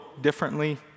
differently